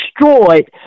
destroyed